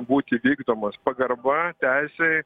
būti vykdomas pagarba teisei